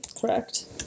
Correct